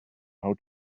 how